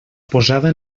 posada